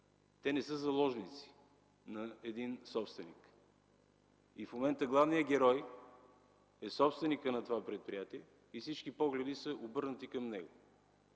те не са заложници на един собственик. В момента главният герой е собственикът на това предприятие и всички погледи са обърнати към него.